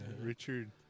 Richard